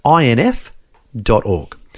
inf.org